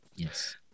Yes